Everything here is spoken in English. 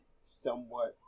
somewhat